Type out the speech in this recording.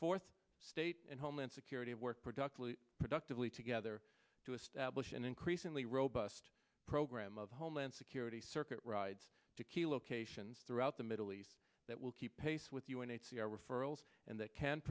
forth state and homeland security of work productively productively together to establish an increasingly robust program of homeland security circuit rides to key locations throughout the middle east that will keep pace with u n h c r referrals and that can